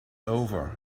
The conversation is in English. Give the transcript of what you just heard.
over